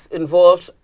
involved